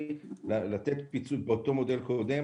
לתת פיצוי לפי המודל הקודם,